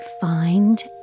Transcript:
find